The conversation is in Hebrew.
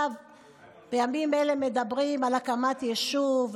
בימים אלה מדברים על הקמת יישוב,